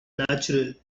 natural